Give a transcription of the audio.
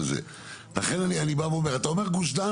אנחנו מחפשים שטחים שיהיו ליד קווי תשתית,